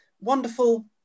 Wonderful